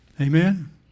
Amen